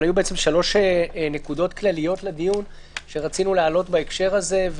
אבל היו שלוש נקודות כלליות לדיון שרצינו להעלות בהקשר הזה,